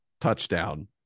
touchdown